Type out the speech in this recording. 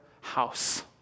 house